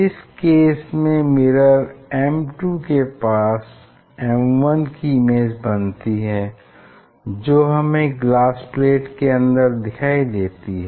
इस केस में mirror M2 के पास M1 की इमेज बनती है जो हमें ग्लास प्लेट के अंदर दिखाई देती है